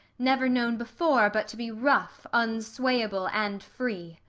never known before but to be rough, unswayable, and free.